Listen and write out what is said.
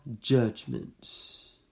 judgments